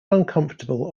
uncomfortable